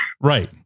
Right